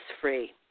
free